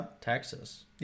Texas